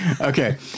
Okay